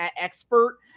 expert